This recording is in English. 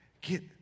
get